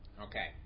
Okay